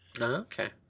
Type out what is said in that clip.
Okay